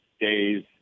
days